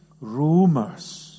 rumors